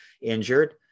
injured